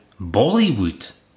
Bollywood